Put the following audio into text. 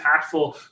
impactful